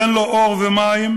תן לו אור ומים,